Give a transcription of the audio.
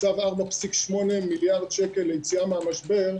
הוקצב 4,8 מיליארד שקל ליציאה מהמשבר,